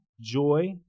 Joy